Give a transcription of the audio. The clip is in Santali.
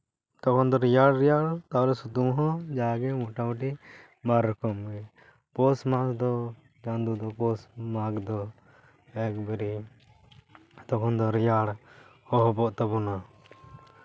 ᱛᱚᱠᱷᱚᱱ ᱫᱚ ᱨᱮᱭᱟᱲ ᱨᱮᱭᱟᱲ ᱥᱤᱛᱩᱝ ᱦᱚᱸ ᱡᱟᱜᱮ ᱢᱳᱴᱟᱢᱩᱴᱤ ᱵᱟᱨ ᱨᱚᱠᱚᱢ ᱜᱮ ᱯᱳᱥ ᱢᱟᱥ ᱫᱚ ᱯᱳᱥᱼᱢᱟᱜᱽ ᱫᱚ ᱮᱠᱵᱟᱨᱮ ᱛᱚᱠᱷᱚᱱ ᱫᱚ ᱨᱮᱭᱟᱲ ᱮᱦᱚᱵᱚᱜ ᱛᱟᱵᱚᱱᱟ